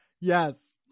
Yes